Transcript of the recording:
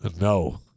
no